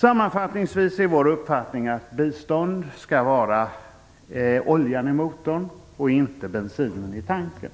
Sammanfattningsvis är vår uppfattning att bistånd skall vara oljan i motorn och inte bensinen i tanken.